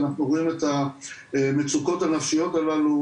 אנחנו רואים את המצוקות הנפשיות הללו,